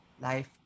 life